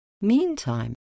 Meantime